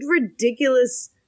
ridiculous